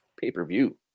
pay-per-view